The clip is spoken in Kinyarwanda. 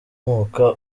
nkomoka